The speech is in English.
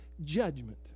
judgment